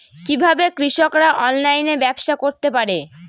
কিভাবে কৃষকরা অনলাইনে ব্যবসা করতে পারে?